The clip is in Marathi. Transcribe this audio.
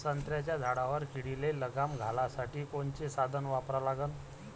संत्र्याच्या झाडावर किडीले लगाम घालासाठी कोनचे साधनं वापरा लागन?